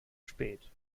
spät